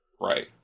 Right